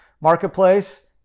marketplace